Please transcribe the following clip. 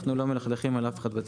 אנחנו לא מלכלכים על אף אחד בתקשורת.